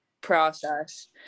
process